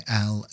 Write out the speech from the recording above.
al